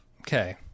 Okay